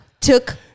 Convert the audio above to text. took